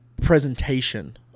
presentation